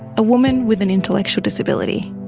a woman with an intellectual disability.